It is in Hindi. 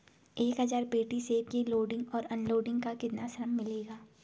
एक हज़ार पेटी सेब की लोडिंग और अनलोडिंग का कितना श्रम मिलेगा?